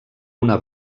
una